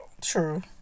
True